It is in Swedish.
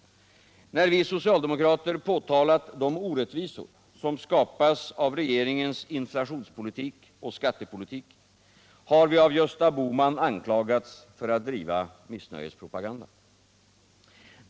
När vi socialdemokrater påtalat de orättvisor som skapas av regeringens inflationspolitik och skattepolitik, har vi av Gösta Bohman anklagats för att driva missnöjespropaganda.